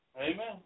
Amen